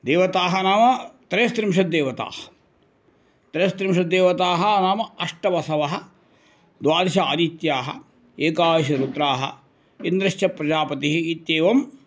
देवताः नाम त्रयस्त्रिंशद्देवताः त्रयस्त्रिंशद्देवताः नाम अष्ट वसवः द्वादश आदित्याः एकादश रुद्राः इन्द्रश्च प्रजापतिः इत्येवं